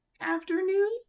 afternoon